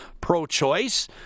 pro-choice